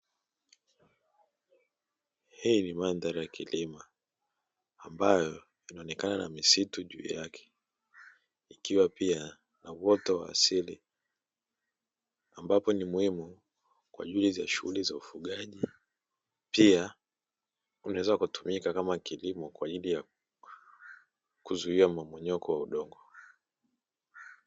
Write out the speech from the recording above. Hii ni mandhari ya kilima, ambayo inaonekana na misitu juu yake; ikiwa pia na uoto wa asili ambapo ni muhimu kwa ajili ya shughuli za ufugaji, pia unaweza ukatumika kama kilimo kwa ajili ya kuzuia mmomonyoko wa udongo.